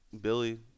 Billy